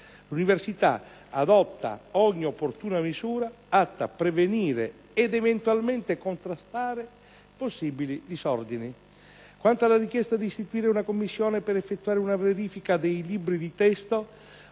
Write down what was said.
l'Università adotta ogni opportuna misura atta a prevenire ed eventualmente contrastare possibili disordini. Quanto alla richiesta di istituire una commissione per effettuare una verifica dei libri di testo,